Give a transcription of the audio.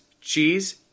cheese